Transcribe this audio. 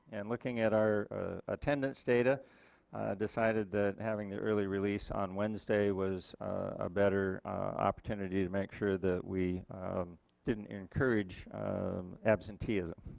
and looking at our attendance data decided that having the early release on wednesday was a better opportunity to make sure that we didn't encourage absenteeism.